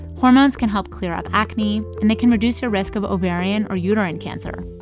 hormones can help clear up acne, and they can reduce your risk of ovarian or uterine cancer.